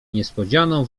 niespodzianą